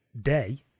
day